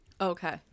Okay